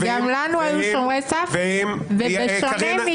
גם לנו היו שומרי סף ובשונה מכם